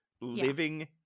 living